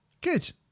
good